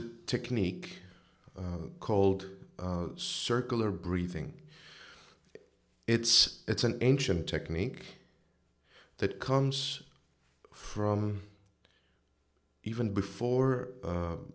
a technique called circular breathing it's it's an ancient technique that comes from even before